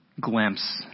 glimpse